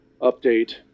update